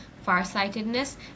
farsightedness